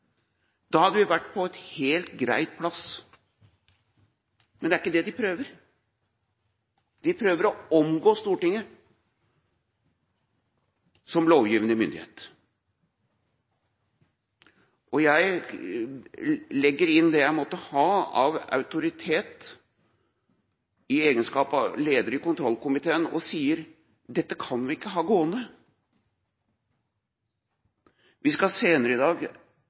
Da hadde alt vært helt greit. Men det er ikke det de prøver. De prøver å omgå Stortinget som lovgivende myndighet. Jeg legger inn det jeg måtte ha av autoritet i egenskap av å være leder i kontrollkomiteen og sier: Dette kan vi ikke ha gående! Vi skal senere i dag